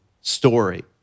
story